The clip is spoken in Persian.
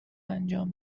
انجام